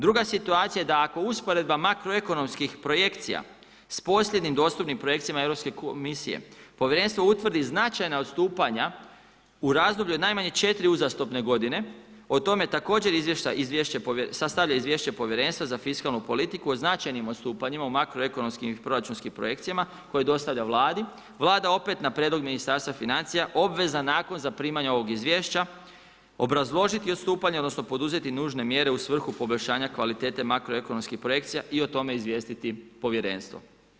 Druga situacija je da ako usporedba makroekonomskih projekcija s posljednjim dostupnim projekcijama Europske komisije, povjerenstvo utvrdi značajna odstupanja u razdoblju od najmanje 4 uzastopne godine, o tome također sastavlja izvješće Povjerenstva za fiskalnu politiku o značajnim odstupanjima u makroekonomskim i proračunskim projekcijama koje dostavlja Vladi, Vlada opet na prijedlog Ministarstva financija obvezna je nakon zaprimanja ovog izvješća, obrazložiti odstupanja odnosno poduzeti nužne mjere u svrhu poboljšanja kvalitete makroekonomskih projekcija i o tome izvijestiti povjerenstvo.